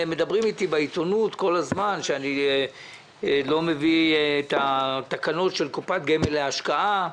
כותבים בעיתונות כל הזמן שאני לא מביא את התקנות של קופת גמל להשקעה.